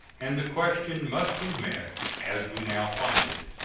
and the question must be met as we now find it.